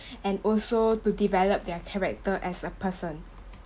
and also to develop their character as a person